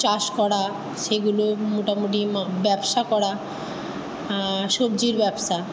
চাষ করা সেগুলো মোটামোটি মা ব্যবসা করা সবজির ব্যবসা